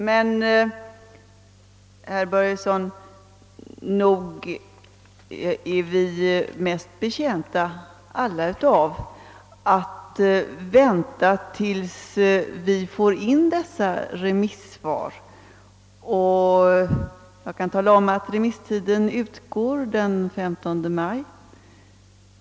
Men, herr Börjesson, nog är vi väl alla mest betjänta av att vänta till dess remissyttrandena kommit in — jag kan meddela att remissti den utgår den 15 maj.